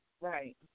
Right